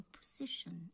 position